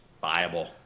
viable